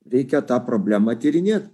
reikia tą problemą tyrinėt